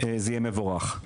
וזה יהיה מבורך.